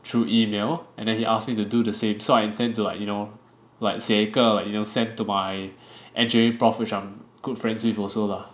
through email and then he ask me to do the same so I tend to like you know like 写一个 like you know send to my engin prof which I'm good friends with also lah